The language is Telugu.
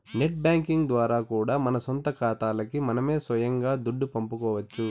నెట్ బ్యేంకింగ్ ద్వారా కూడా మన సొంత కాతాలకి మనమే సొయంగా దుడ్డు పంపుకోవచ్చు